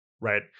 Right